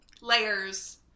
layers